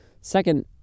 Second